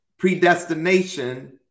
predestination